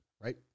right